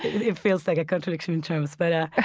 it feels like a contradiction in terms. but